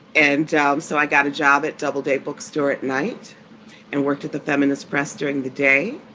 and um so i got a job at doubleday bookstore at night and worked at the feminist press during the day